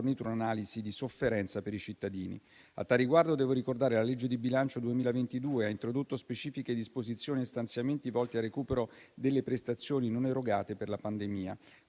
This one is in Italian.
un'analisi di sofferenza per i cittadini. A tal riguardo, devo ricordare che la legge di bilancio 2022 ha introdotto specifiche disposizioni e stanziamenti volti al recupero delle prestazioni non erogate per la pandemia.